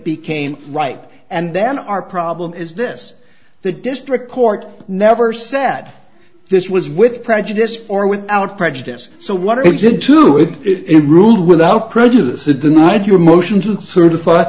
became right and then our problem is this the district court never said this was with prejudice or without prejudice so what he did to it it ruled without prejudice a denied your motion to certify